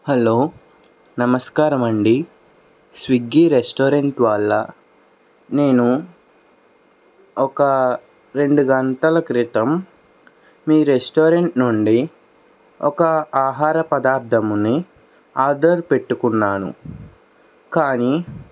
hello నమస్కారం అండి Swiggy restaurant వాళ్ళ నేను ఒక రెండు గంటల క్రితం మీ రెస్టారెంట్ నుండి ఒక ఆహార పదార్ధముని ఆర్డర్ పెట్టుకున్నాను కానీ